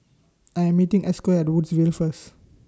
I Am meeting Esco At Woodsville First